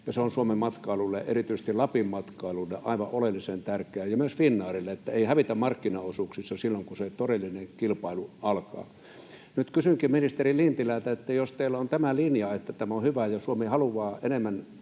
se on Suomen matkailulle, erityisesti Lapin matkailulle, aivan oleellisen tärkeää, ja myös Finnairille, että ei hävitä markkinaosuuksissa silloin, kun se todellinen kilpailu alkaa. Nyt kysynkin ministeri Lintilältä: Jos teillä on tämä linja, että tämä on hyvä ja Suomi haluaa enemmän